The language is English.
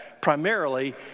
primarily